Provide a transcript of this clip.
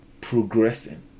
progressing